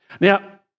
Now